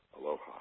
Aloha